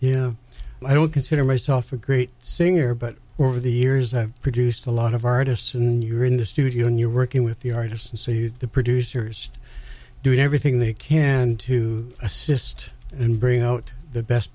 yeah i don't consider myself a great singer but for the years i've produced a lot of artists and you're in the studio and you're working with the artists and see the producers doing everything they can to assist and bring out the best